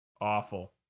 Awful